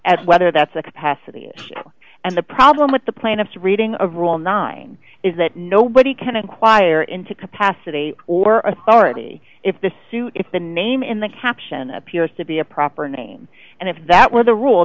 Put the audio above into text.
at whether that's a capacity and the problem with the plaintiff's reading of rule nine is that nobody can inquire into capacity or authority if the suit if the name in the caption appears to be a proper name and if that were the rule